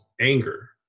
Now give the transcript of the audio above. anger